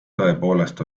tõepoolest